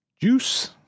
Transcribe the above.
Juice